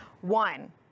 One